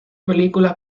películas